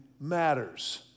matters